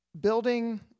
Building